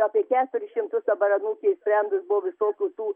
apie keturis šimtus dabar anūkė išsprendus buvo visokių tų